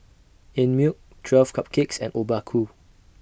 Einmilk twelve Cupcakes and Obaku